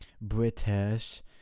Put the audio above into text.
British